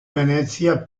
venezia